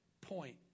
point